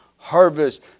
Harvest